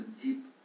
deep